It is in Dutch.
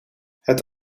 het